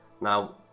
Now